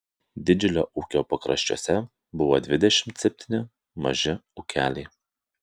didžiulio ūkio pakraščiuose buvo dvidešimt septyni maži ūkeliai